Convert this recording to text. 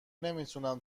نمیتونم